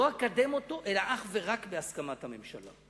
ולא אקדם אותו אלא אך ורק בהסכמת הממשלה.